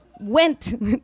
went